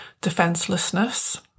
defenselessness